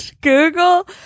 Google